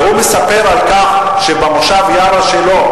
והוא מספר על כך שבמושב שלו,